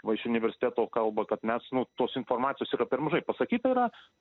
va iš universiteto kalba kad mes nu tos informacijos yra per mažai pasakyta yra